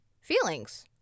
feelings